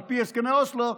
על פי הסכמי אוסלו,